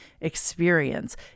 experience